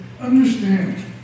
understand